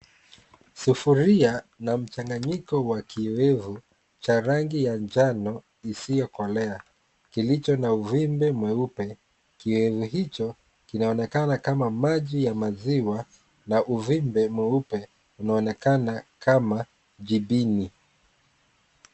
Sufuria na mchanganyiko wa kioevu cha rangi ya njano isiyokolea kilicho na uvimbe mweupe. Kioevu hicho kinaonekana kama maji ya maziwa na uvimbe mweupe unaonekana kama jibini.